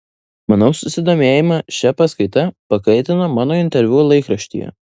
manau susidomėjimą šia paskaita pakaitino mano interviu laikraštyje